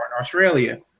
australia